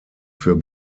für